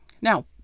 Now